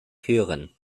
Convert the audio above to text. hören